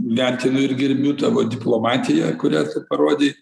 vertinu ir gerbiu tavo diplomatiją kurią tu parodei